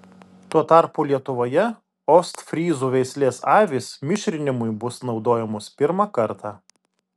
tuo tarpu lietuvoje ostfryzų veislės avys mišrinimui bus naudojamos pirmą kartą